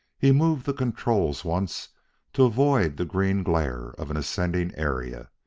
he moved the controls once to avoid the green glare of an ascending area,